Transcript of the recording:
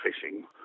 fishing